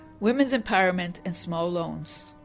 women's empowerment and small loans.